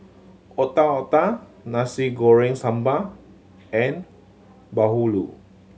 Otak Otak Nasi Goreng Sambal and bahulu